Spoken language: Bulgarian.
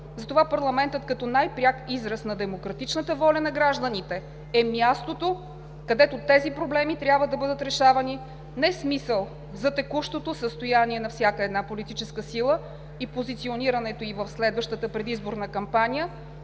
Затова парламентът, като най-пряк израз на демократичната воля на гражданите, е мястото, където тези проблеми трябва да бъдат решавани не с мисъл за текущото състояние на всяка една политическа сила и позиционирането ѝ в следващата предизборна кампания,